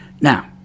Now